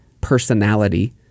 personality